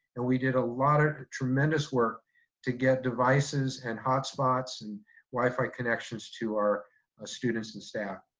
and we did a lot of tremendous work to get devices and hotspots and wifi connections to our ah students and staff.